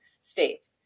state